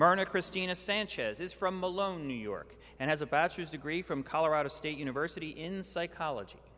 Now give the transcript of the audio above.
mirna christina sanchez is from malone new york and has a bachelor's degree from colorado state university in psychology